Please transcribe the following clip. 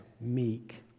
meek